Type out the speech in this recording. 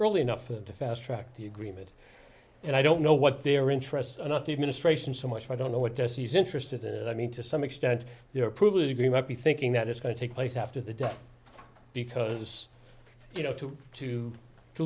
early enough to fast track the agreement and i don't know what their interests are not the administration so much i don't know what jesse is interested in and i mean to some extent the approval of the green might be thinking that it's going to take place after the death because you know to to to